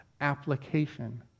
Application